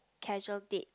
casual dates